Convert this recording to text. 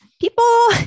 people